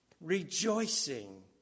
rejoicing